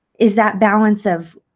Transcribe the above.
is that balance of